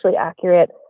accurate